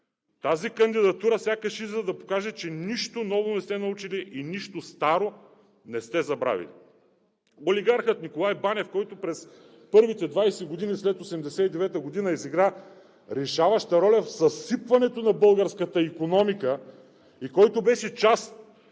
Тази кандидатура сякаш идва да покаже, че нищо ново не сте научили и нищо старо не сте забравили. Олигархът Николай Банев, който през първите 20 години след 1989 г. изигра решаваща роля в съсипването на българската икономика и който беше чест